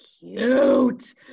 cute